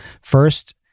first